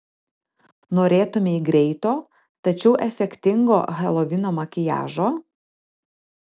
norėtumei greito tačiau efektingo helovino makiažo